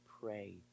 pray